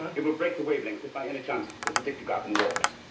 it will break the wavelength if by any chance there's a dictograph in the walls.